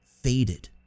faded